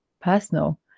personal